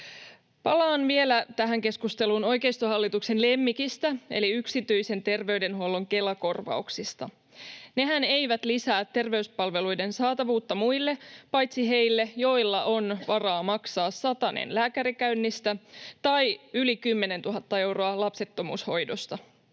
Palaan vielä tähän keskusteluun oikeistohallituksen lemmikistä eli yksityisen terveydenhuollon Kela-korvauksista. Nehän eivät lisää terveyspalveluiden saatavuutta muille paitsi heille, joilla on varaa maksaa satanen lääkärikäynnistä tai yli 10 000 euroa lapsettomuushoidosta.